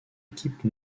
équipe